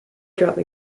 dropped